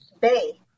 Bay